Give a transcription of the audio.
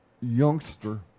youngster